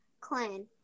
clan